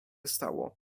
stało